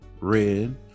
Red